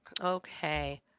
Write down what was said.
Okay